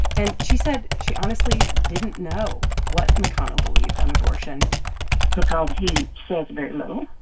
and she said she honestly didn't know what mcconnell believed on abortion because he says very little.